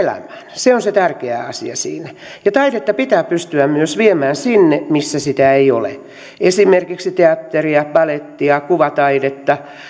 se on se tärkeä asia siinä taidetta pitää pystyä viemään myös sinne missä sitä ei ole esimerkiksi teatteria balettia kuvataidetta